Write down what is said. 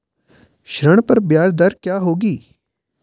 ऋण पर ब्याज दर क्या होगी?